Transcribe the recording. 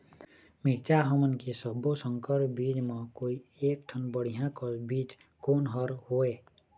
मिरचा हमन के सब्बो संकर बीज म कोई एक ठन बढ़िया कस बीज कोन हर होए?